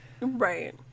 Right